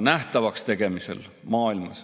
nähtavaks tegemisel maailmas.